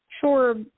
Sure